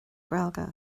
gaeilge